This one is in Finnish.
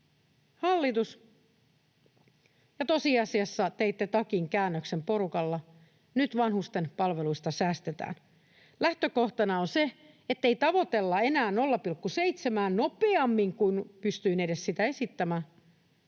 hallitus, ja tosiasiassa teitte takinkäännöksen porukalla: nyt vanhusten palveluista säästetään. Lähtökohtana on se, ettei tavoitella enää 0,7:ää nopeammin kuin edes pystyin sitä esittämään,